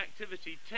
activity